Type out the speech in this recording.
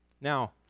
Now